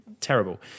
Terrible